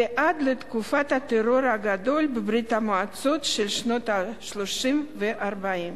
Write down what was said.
ועד לתקופת הטרור הגדול בברית-המועצות של שנות ה-30 וה-40.